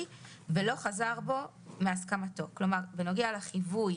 ולא חזר בו מהסכמתו." כלומר בנוגע לחיווי